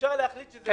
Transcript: אפשר להחליט שזה ---.